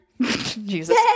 Jesus